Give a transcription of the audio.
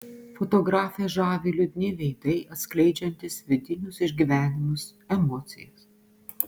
fotografę žavi liūdni veidai atskleidžiantys vidinius išgyvenimus emocijas